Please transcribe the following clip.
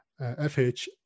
FH